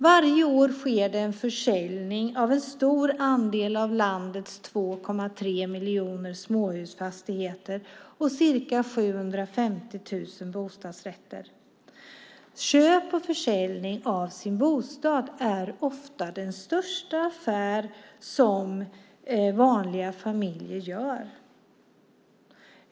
Varje år sker det försäljning av en stor andel av landets 2,3 miljoner småhusfastigheter och ca 750 000 bostadsrätter. Köp och försäljning av bostad är ofta den största affär som vanliga familjer gör.